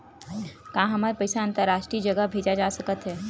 का हमर पईसा अंतरराष्ट्रीय जगह भेजा सकत हे?